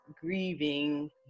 grieving